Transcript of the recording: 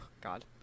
god